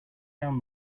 down